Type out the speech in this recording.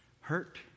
hurt